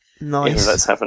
Nice